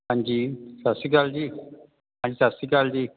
ਹਾਂਜੀ ਸਤਿ ਸ਼੍ਰੀ ਅਕਾਲ ਜੀ ਹਾਂਜੀ ਸਤਿ ਸ਼੍ਰੀ ਅਕਾਲ ਜੀ